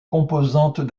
composantes